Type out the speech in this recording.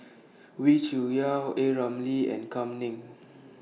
Wee Cho Yaw A Ramli and Kam Ning